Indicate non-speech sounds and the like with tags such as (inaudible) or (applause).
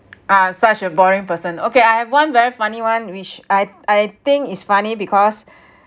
ah such a boring person okay I have one very funny one which I I think it's funny because (breath)